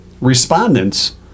respondents